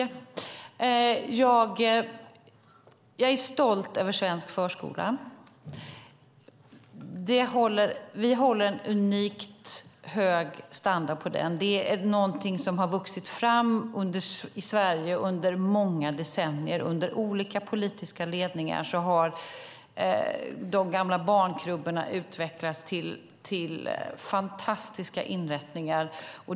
Fru talman! Jag är stolt över svensk förskola. Vi håller en unikt hög standard på den. Det är någonting som har vuxit fram i Sverige under många decennier. Under olika politiska ledningar har de gamla barnkrubborna utvecklats till fantastiska inrättningar.